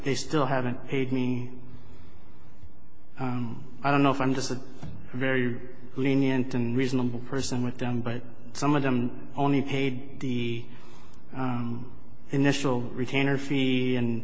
they still haven't paid me i don't know if i'm just a very lenient and reasonable person with them but some of them only paid the initial retainer fee and